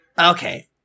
Okay